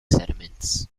sediments